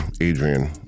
Adrian